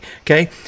okay